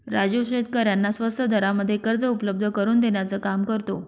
राजू शेतकऱ्यांना स्वस्त दरामध्ये कर्ज उपलब्ध करून देण्याचं काम करतो